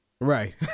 right